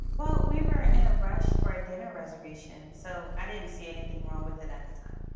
well, we were in a rush for a dinner reservation, so i didn't see anything wrong with it at the time.